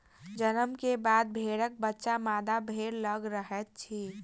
जन्म के बाद भेड़क बच्चा मादा भेड़ लग रहैत अछि